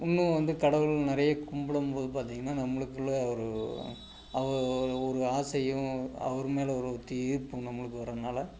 இன்னம் வந்து கடவுள் நிறையா கும்பிடும் போது பார்த்தீங்கனா நம்பளுக்குள்ளே ஒரு ஒரு ஆசையும் அவர் மேல் ஒரு ஈர்ப்பும் நம்பளுக்கு வரதினால